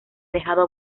dejado